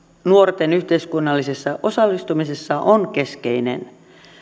nuorten yhteiskunnallisessa osallistumisessa on keskeinen